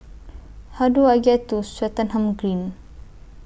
How Do I get to Swettenham Green